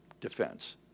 defense